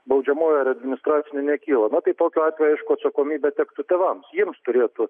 baudžiamoji ar administracinė nekyla na tai tokiu atveju aišku atsakomybė tektų tėvams jiems turėtų